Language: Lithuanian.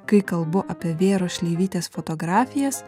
kai kalbu apie vėros šleivytės fotografijas